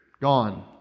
Gone